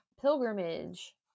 pilgrimage